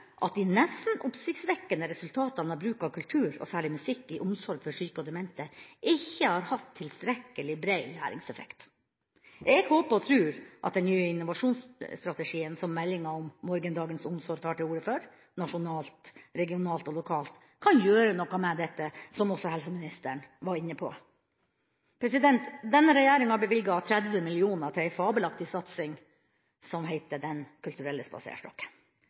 at de nesten oppsiktsvekkende resultatene fra bruk av kultur – og særlig musikk – i omsorg for syke og demente ikke har hatt tilstrekkelig bred læringseffekt. Jeg håper og tror at den nye innovasjonsstrategien som meldinga om morgendagens omsorg tar til orde for – nasjonalt, regionalt og lokalt – kan gjøre noe med dette, som også helseministeren var inne på. Denne regjeringa har bevilget 30 mill. kr til en fabelaktig satsing som heter Den kulturelle